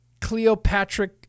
Cleopatra